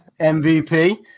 MVP